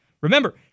Remember